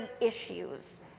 issues